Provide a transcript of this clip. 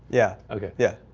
yeah. okay. yeah.